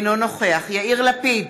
אינו נוכח יאיר לפיד,